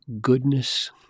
goodness